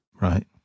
Right